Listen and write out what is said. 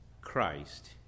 Christ